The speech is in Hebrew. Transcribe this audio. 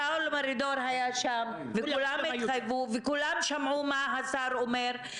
שאול מרידור היה שם וכולם התחייבו וכולם שמעו מה השר אומר.